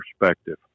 perspective